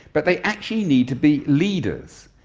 but they actually need to be leaders,